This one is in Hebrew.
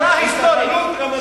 התנחלות רמת-גן.